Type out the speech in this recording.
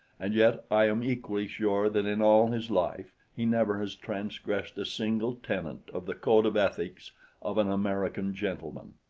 and yet i am equally sure that in all his life he never has transgressed a single tenet of the code of ethics of an american gentleman.